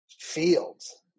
fields